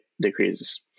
decreases